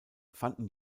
fanden